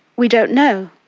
we don't know,